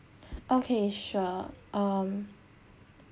okay sure um